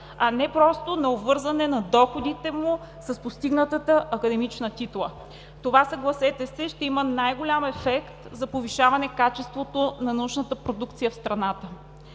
а не просто на обвързване на доходите му с постигната академична титла. Това, съгласете се, ще има най-голям ефект за повишаване качеството на научната продукция в страната.